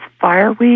fireweed